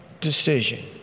decision